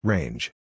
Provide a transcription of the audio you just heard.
Range